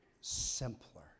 simpler